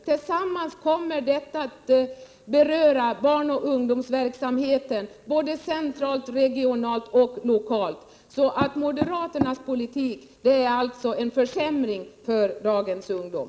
Tillsammans kommer detta att beröra barnoch ungdomsverksamheten både centralt, regionalt och lokalt. Moderaternas politik är en försämring för dagens ungdom.